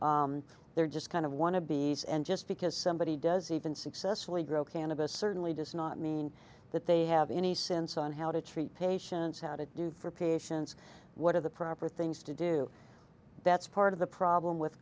cannabis they're just kind of want to be s and just because somebody does even successfully grow cannabis certainly does not mean that they have any sense on how to treat patients how to do for patients what are the proper things to do that's part of the problem with